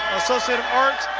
associate of arts,